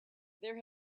there